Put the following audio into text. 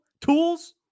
tools